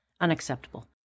Unacceptable